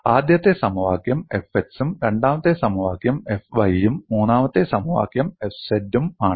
ആദ്യത്തെ സമവാക്യം Fx ഉം രണ്ടാമത്തെ സമവാക്യം Fy ഉം മൂന്നാമത്തെ സമവാക്യം Fz ഉം ആണ്